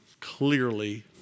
clearly